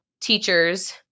teachers